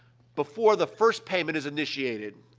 before the first payment is initiated,